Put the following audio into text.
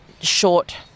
short